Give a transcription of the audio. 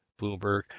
Bloomberg